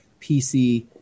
PC